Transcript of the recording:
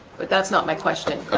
but that's not my question